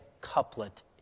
couplet